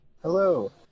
Hello